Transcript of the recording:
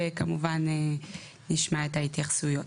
וכמובן נשמע את ההתייחסויות.